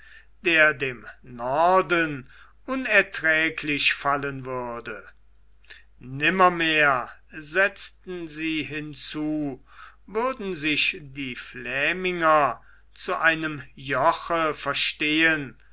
der dem norden unerträglich fallen würde nimmermehr setzten sie hinzu würden sich die fläminger zu einem joche verstehen